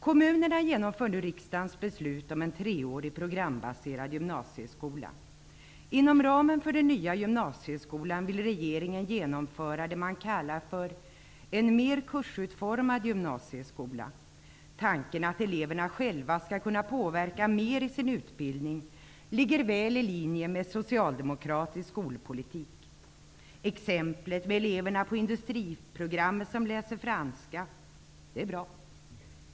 Kommunerna genomför nu riksdagens beslut om en treårig programbaserad gymnasieskola. Inom ramen för den nya gymnasieskolan vill regeringen genomföra det man kallar för ''en mer kursutformad gymnasieskola''. Tanken att eleverna själva skall kunna påverka mer i sin utbildning ligger väl i linje med en socialdemokratisk skolpolitik. Exemplet med eleverna på industriprogrammet som läser franska är bra.